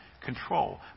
control